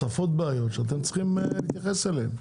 צפות בעיות שאתם צריכים להתייחס אליהן.